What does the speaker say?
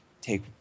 take